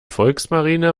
volksmarine